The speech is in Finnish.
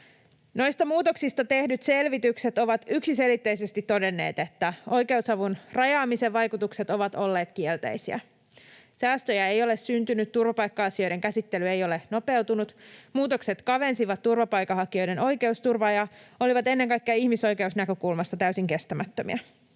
Noista muutoksista tehdyt selvitykset ovat yksiselitteisesti todenneet, että oikeusavun rajaamisen vaikutukset ovat olleet kielteisiä. Säästöjä ei ole syntynyt, turvapaikka-asioiden käsittely ei ole nopeutunut, muutokset kavensivat turvapaikanhakijoiden oikeusturvaa ja olivat ennen kaikkea ihmisoikeusnäkökulmasta täysin kestämättömiä.